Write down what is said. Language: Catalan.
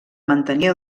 mantenir